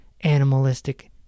animalistic